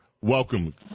welcome